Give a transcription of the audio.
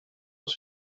were